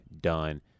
done